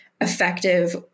effective